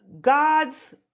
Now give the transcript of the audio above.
God's